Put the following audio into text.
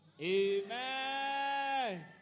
Amen